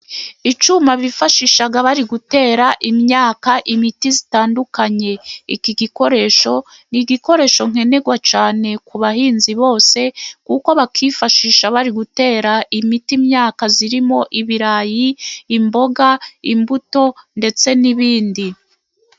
Icyuma bifashisha bari gutera imyaka imiti zitandukanye. iki gikoresho ni igikoresho nkenerwa cyane ku bahinzi bose, kuko bakifashisha bari gutera imiti imyaka irimo: ibirayi, imboga, imbuto, ndetse n'ibindi.